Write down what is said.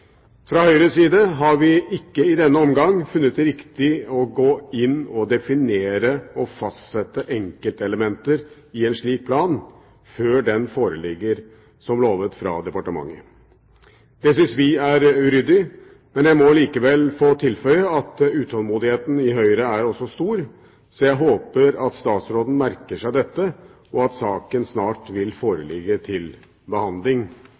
Fra Høyres side har vi ikke i denne omgang funnet det riktig å gå inn og definere og fastsette enkeltelementer i en slik plan før den foreligger som lovet fra departementet. Det synes vi er uryddig, men jeg må likevel få tilføye at utålmodigheten i Høyre også er stor. Jeg håper at statsråden merker seg dette, og at saken snart vil foreligge til behandling,